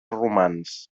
romans